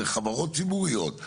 אלה חברות ציבוריות.